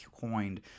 coined